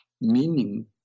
meaning